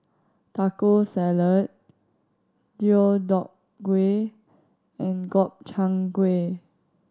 Taco Salad Deodeok Gui and Gobchang Gui